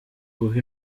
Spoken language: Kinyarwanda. guha